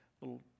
little